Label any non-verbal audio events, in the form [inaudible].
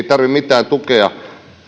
[unintelligible] tarvitse mitään tukea